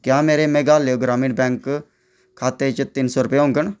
क्या मेरे मेघालय ग्रामीण बैंक खाते च तिन सौ रुपये होङन